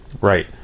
Right